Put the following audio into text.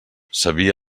sabia